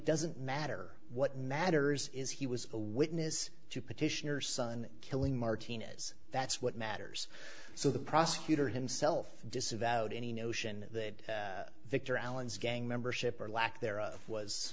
doesn't matter what matters is he was a witness to petitioner son killing martinez that's what matters so the prosecutor himself disavowed any notion that victor allen's gang membership or lack thereof was